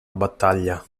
battaglia